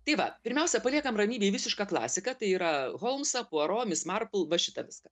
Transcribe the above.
tai va pirmiausia paliekam ramybėj visišką klasiką tai yra holmsą puaro mis marpl va šitą viską